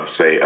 say